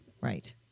Right